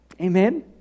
Amen